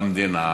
למדינה,